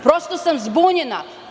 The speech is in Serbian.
Prosto sam zbunjena.